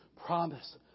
promise